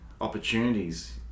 opportunities